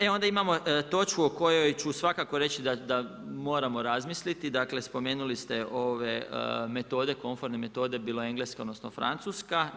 E onda imamo točku o kojoj ću svakako reći da moramo razmisliti, dakle spomenuli ste ove metode, komforne metode bilo engleska, odnosno francuska.